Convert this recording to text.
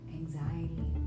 anxiety